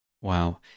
Wow